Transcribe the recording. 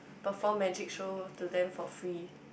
perform magic show to them for free